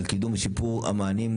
על קידום שיפור המענים,